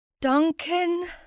Duncan